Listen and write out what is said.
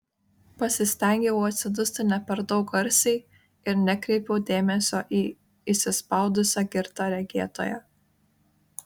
pasistengiau atsidusti ne per daug garsiai ir nekreipiau dėmesio į įsispaudusią girtą regėtoją